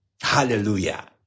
Hallelujah